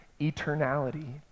eternality